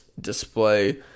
display